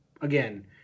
again